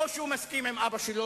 או שהוא מסכים עם אבא שלו,